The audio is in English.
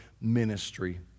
ministry